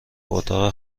اتاق